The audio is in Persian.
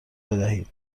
بدهید